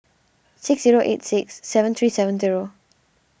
six zero eight six seven three seven zero